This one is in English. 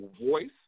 voice